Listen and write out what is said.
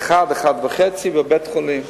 ב-13:00, ב-13:30, בבית-החולים,